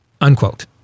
unquote